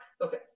Okay